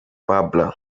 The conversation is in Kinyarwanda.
babla